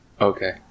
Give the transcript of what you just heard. Okay